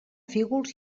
fígols